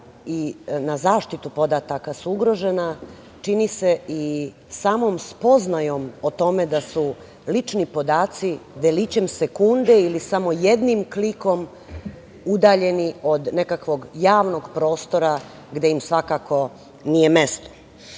na zaštitu podataka su ugrožena, čini mi se, i samom spoznajom o tome da su lični podaci delićem sekunde ili samo jednim klikom udaljeni od nekakvog javnog prostora, gde im svakako nije